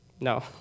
No